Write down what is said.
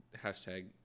hashtag